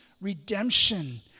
redemption